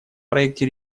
проекте